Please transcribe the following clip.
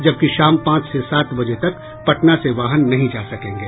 जबकि शाम पांच से सात बजे तक पटना से वाहन नहीं जा सकेंगे